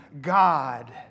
God